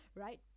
right